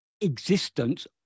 existence